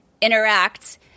interact